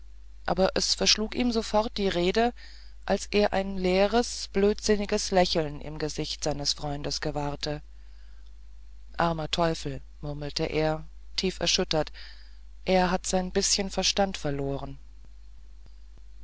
aber es verschlug ihm sofort die rede als er ein leeres blödsinniges lächeln im gesicht seines freundes gewahrte armer teufel murmelte er tief erschüttert er hat sein bißchen verstand verloren